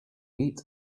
eat